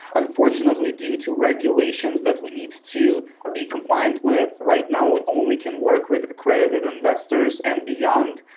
unfortunately, due to regulations that we need to be compliant with, right now we only can work with accredited investors and beyond,